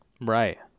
Right